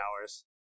hours